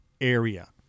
area